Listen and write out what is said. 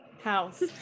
house